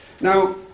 Now